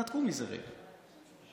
תתנתקו מזה רגע ותקשיבו.